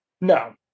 No